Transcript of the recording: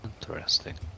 Interesting